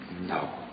No